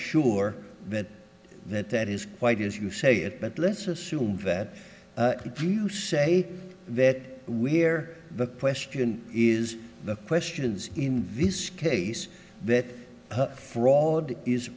sure that that that is quite as you say it but let's assume that if you say that we here the question is the question is in this case that fraud is